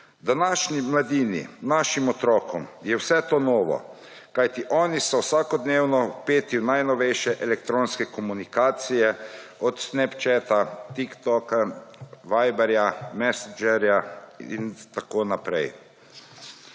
Današnji mladini, našim otrokom je vse to novo, kajti oni so vsakodnevno vpeti v najnovejše elektronske komunikacije, od Snapchata, TikToka, Vibra, Messengerja in tako naprej.